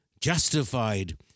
justified